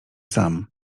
sam